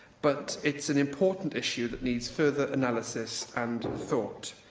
but it's an important issue that needs further analysis and thought.